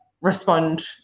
respond